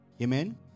Amen